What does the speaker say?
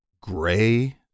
gray